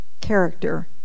character